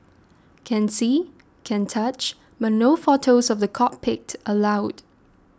can see can touch but no photos of the cockpit allowed